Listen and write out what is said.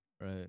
Right